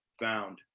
found